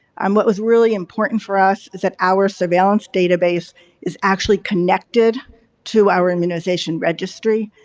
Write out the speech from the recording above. um what was really important for us is that our surveillance database is actually connected to our immunization registry,